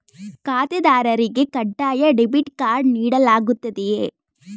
ಖಾತೆದಾರರಿಗೆ ಕಡ್ಡಾಯ debit card ನೀಡಲಾಗುತ್ತದೆಯೇ?